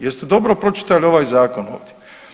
Jeste dobro pročitali ovaj Zakon ovdje?